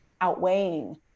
outweighing